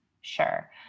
sure